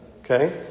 Okay